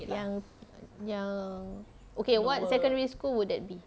yang yang okay what secondary school will that be